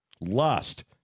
lust